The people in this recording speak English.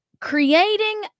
creating